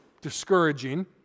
discouraging